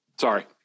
Sorry